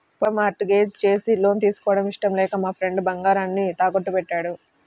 పొలం mortgage చేసి loan తీసుకోవడం ఇష్టం లేక మా ఫ్రెండు బంగారాన్ని తాకట్టుబెట్టాడు